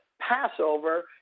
passover